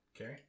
Okay